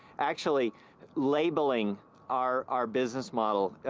actually labeling our our business model.